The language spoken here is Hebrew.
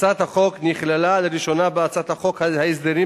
הצעת החוק נכללה לראשונה בהצעת חוק ההסדרים